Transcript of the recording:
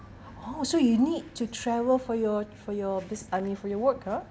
oh so you need to travel for your for your busi~ I mean for your work ah